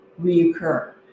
reoccur